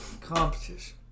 competition